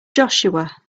joshua